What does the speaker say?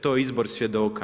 To je izbor svjedoka.